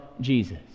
jesus